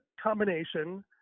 combination